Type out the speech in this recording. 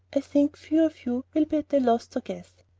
i think few of you will be at a loss to guess.